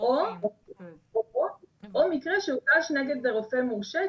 או מקרה שהוגש נגד רופא מורשה,